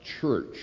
church